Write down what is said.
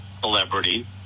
celebrity